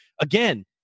again